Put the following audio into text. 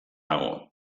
dago